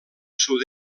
sud